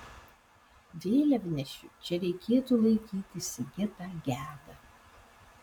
vėliavnešiu čia reikėtų laikyti sigitą gedą